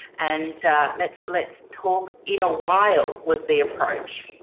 and let's let's talk in a while, was the approach.